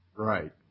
Right